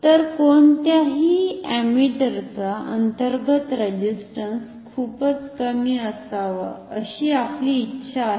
तर कोणत्याही अमीटरचा अंतर्गत रेझिस्टंस खूपच कमी असावा अशी आपली इच्छा आहे